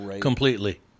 completely